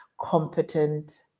competent